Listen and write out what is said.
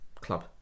club